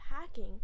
packing